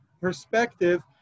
perspective